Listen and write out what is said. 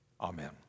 Amen